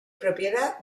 propiedad